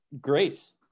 grace